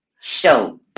show